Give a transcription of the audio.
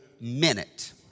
minute